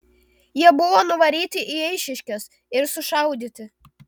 jie buvo nuvaryti į eišiškes ir sušaudyti